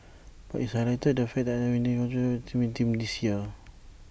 but IT highlighted the fact that unwinding of main theme this year